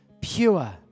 pure